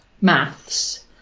maths